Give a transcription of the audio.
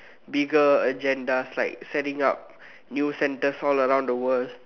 bigger agendas like setting up new centres all around the world